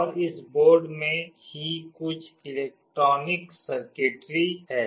और इस बोर्ड में ही कुछ इलेक्ट्रॉनिक सर्किटरी है